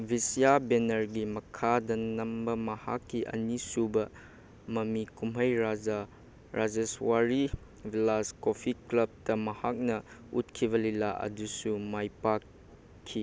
ꯕꯤꯖ꯭ꯌꯥ ꯕꯦꯅꯔꯒꯤ ꯃꯈꯥꯗ ꯅꯝꯕ ꯃꯍꯥꯛꯀꯤ ꯑꯅꯤ ꯁꯨꯕ ꯃꯃꯤ ꯀꯨꯝꯍꯩ ꯔꯖꯥ ꯔꯥꯖꯁꯋꯥꯔꯤ ꯒ꯭ꯂꯥꯁ ꯀꯣꯐꯤ ꯀ꯭ꯂꯕꯇ ꯃꯍꯥꯛꯅ ꯎꯠꯈꯤꯕ ꯂꯤꯂꯥ ꯑꯗꯨꯁꯨ ꯃꯥꯏ ꯄꯥꯛꯈꯤ